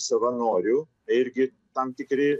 savanorių irgi tam tikri